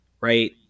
right